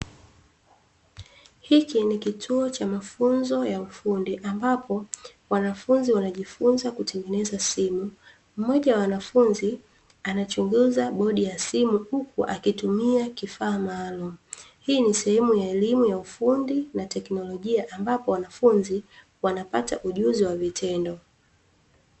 Hiki ni kituo cha mafunzo ya ufundi ambapo wanafunzi wanajifunza kutengeneza simu, mmoja wa wanafunzi anachunguza bodi ya simu huku akitumia kifaa maalumu. Hii ni sehemu ya elimu ya ufundi na tekinolojia ambapo wanafunzi wanapata ujuzi wa vitendo.